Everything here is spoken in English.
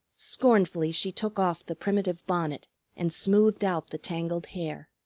scornfully she took off the primitive bonnet and smoothed out the tangled hair.